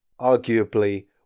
arguably